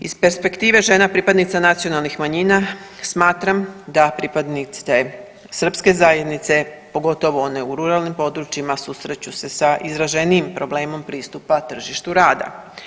Iz perspektive žena pripadnica nacionalnih manjina smatram da pripadnice srpske zajednice pogotovo one u ruralnim područjima susreću se sa izraženijim problemom pristupa tržištu rada.